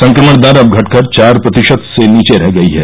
संक्रमण दर अब घटकर चार प्रतिशत से नीचे रह गई है